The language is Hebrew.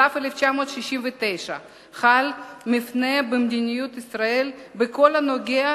בסתיו 1969 חל מפנה במדיניות ישראל בכל הנוגע